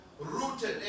rooted